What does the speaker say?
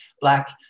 Black